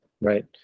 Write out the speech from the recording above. right